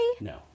No